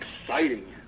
exciting